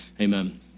amen